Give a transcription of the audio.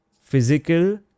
physical